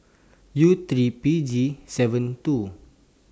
U three P G seven two